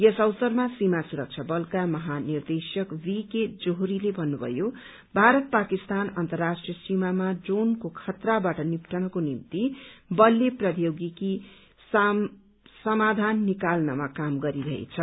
यस अवसरमा सीमा सुरक्षा बलका महानिदेशक भीके जोहरीले भन्न्रभयो भारत पाकिस्तान अन्तर्राष्ट्रीय सीमामा ड्रोनको खतराबाट निप्टनको निम्ति बलले प्रौद्योगिकीय समाधान निकाल्नमा काम गरिरहेछ